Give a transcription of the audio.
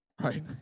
right